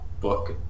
book